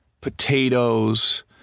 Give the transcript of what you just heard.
potatoes